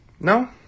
No